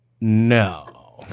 no